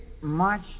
March